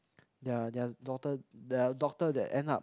ya ya there are doctor there are doctor that end up